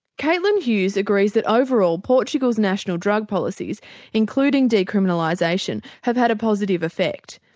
caitlin hughes agrees that overall portugal's national drug policies including decriminalisation have had a positive effect.